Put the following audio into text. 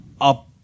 up